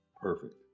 Perfect